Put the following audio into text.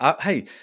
Hey